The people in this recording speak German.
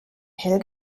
hell